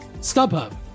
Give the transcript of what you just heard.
StubHub